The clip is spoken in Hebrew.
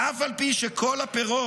ואף על פי שכל הפירות